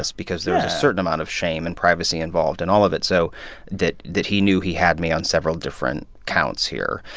because there was a certain amount of shame and privacy involved in all of it so that that he knew he had me on several different counts here.